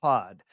Pod